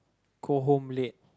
go home late